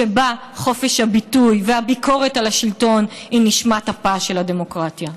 שבה חופש הביטוי והביקורת על השלטון הם נשמת אפה של הדמוקרטיה.